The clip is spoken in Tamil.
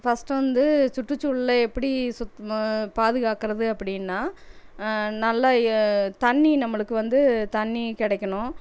ஃபஸ்ட்டு வந்து சுற்றுசூழலை எப்படி சுத் பாதுகாக்கிறது அப்படின்னா நல்லா ய தண்ணி நம்மளுக்கு வந்து தண்ணி கிடைக்கணும்